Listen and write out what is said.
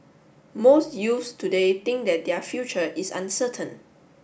most youths today think that their future is uncertain